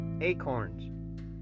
Acorns